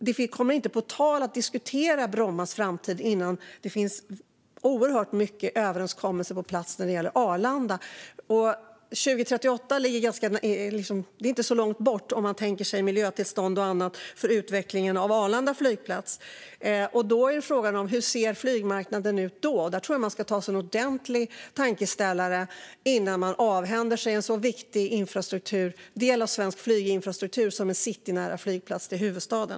Det kommer inte på tal att diskutera Brommas framtid innan det finns en oerhörd mängd överenskommelser på plats när det gäller Arlanda. År 2038 är inte så långt bort; jag tänker på miljötillstånd och annat för utvecklingen av Arlanda flygplats. Frågan är hur flygmarknaden ser ut då. Jag tror att man ska ta sig en ordentlig funderare innan man avhänder sig en så viktig del av svensk flyginfrastruktur som en citynära flygplats i huvudstaden.